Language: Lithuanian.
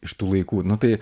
iš tų laikų nu tai